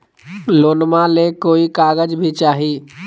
लोनमा ले कोई कागज भी चाही?